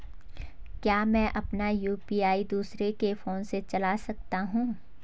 क्या मैं अपना यु.पी.आई दूसरे के फोन से चला सकता हूँ?